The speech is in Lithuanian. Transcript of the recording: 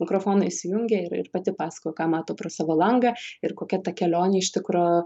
mikrofoną įsijungia ir ir pati pasakoja ką mato pro savo langą ir kokia ta kelionė iš tikro